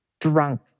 Drunk